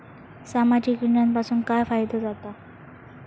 सामाजिक योजनांपासून काय फायदो जाता?